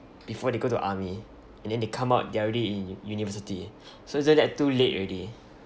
before they go to army and then they come out they're already in university so isn't that too late already